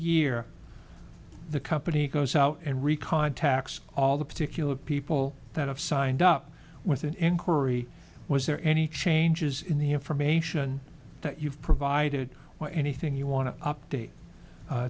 year the company goes out and recontact all the particular people that have signed up with an inquiry was there any changes in the information that you've provided or anything you want to update